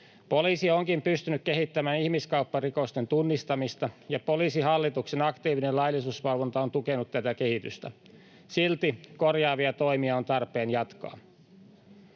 Poliisi onkin pystynyt kehittämään ihmiskaupparikosten tunnistamista, ja Poliisihallituksen aktiivinen laillisuusvalvonta on tukenut tätä kehitystä. Silti korjaavia toimia on tarpeen jatkaa.